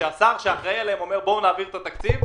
שהשר שאחראי עליהם אומר: בואו נעביר את התקציב,